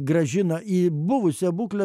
grąžina į buvusią būklę